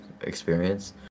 experience